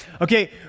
Okay